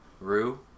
Rue